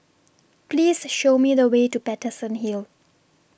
Please Show Me The Way to Paterson Hill